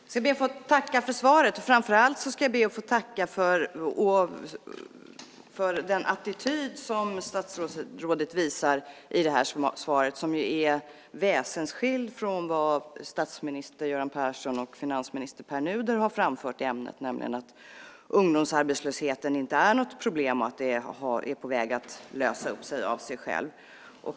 Herr talman! Jag ska be att få tacka för svaret, och framför allt tackar jag för den attityd som statsrådet visar i svaret. Den är väsensskild från vad statsminister Göran Persson och finansminister Pär Nuder har framfört i ämnet, nämligen att ungdomsarbetslösheten inte är något problem och att den är på väg att lösas av sig själv.